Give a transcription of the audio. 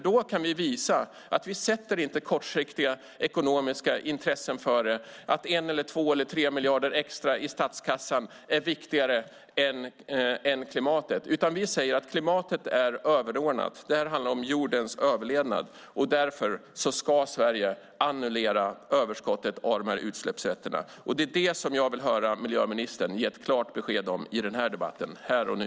Då kan vi visa att vi inte sätter kortsiktiga ekonomiska intressen före, att 1, 2 eller 3 miljarder extra i statskassan är viktigare än klimatet, utan att klimatet är överordnat. Det här handlar om jordens överlevnad. Därför ska Sverige annullera överskottet av utsläppsrätterna. Det är det som jag vill höra miljöministern ge ett klart besked om i den här debatten, här och nu.